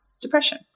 depression